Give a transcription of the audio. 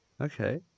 Okay